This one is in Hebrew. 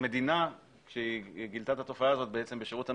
המדינה שגילתה את התופעה הזאת בשירות המדינה,